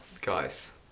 guys